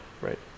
Right